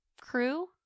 crew